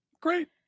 Great